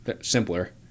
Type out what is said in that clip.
simpler